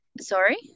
sorry